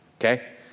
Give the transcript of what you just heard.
Okay